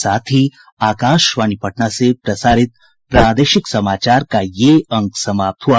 इसके साथ ही आकाशवाणी पटना से प्रसारित प्रादेशिक समाचार का ये अंक समाप्त हुआ